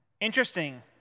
interesting